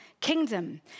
kingdom